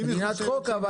מדינת חוק, אבל